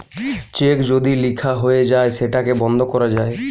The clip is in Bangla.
চেক যদি লিখা হয়ে যায় সেটাকে বন্ধ করা যায়